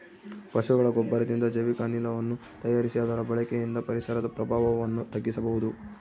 ಪಶುಗಳ ಗೊಬ್ಬರದಿಂದ ಜೈವಿಕ ಅನಿಲವನ್ನು ತಯಾರಿಸಿ ಅದರ ಬಳಕೆಯಿಂದ ಪರಿಸರದ ಪ್ರಭಾವವನ್ನು ತಗ್ಗಿಸಬಹುದು